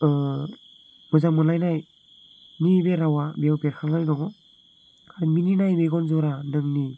मोजां मोनलायनायनि बे रावा बेयाव बेरखांनानै दङ आरो मिनिनाय मेगन ज'रा नोंनि